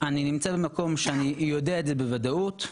אני נמצא במקום שאני יודע את זה בוודאות,